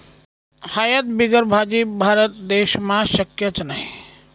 हयद बिगर भाजी? भारत देशमा शक्यच नही